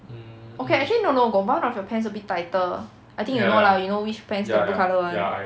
okay actually no no got one of your pants a bit tighter I think you know lah you know which pants the blue colour [one]